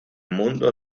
mundo